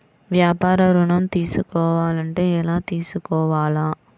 వ్యాపార ఋణం తీసుకోవాలంటే ఎలా తీసుకోవాలా?